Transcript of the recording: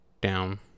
down